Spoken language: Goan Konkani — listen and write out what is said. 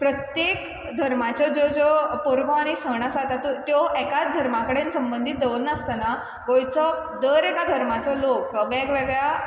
प्रत्येक धर्माचे ज्यो ज्यो परबो आनी सण आसा तातूं त्यो एकात धर्मा कडेन संबंदींत दवरनासतना गोंयचो दर एका धर्माचो लोक वेगवेगळ्या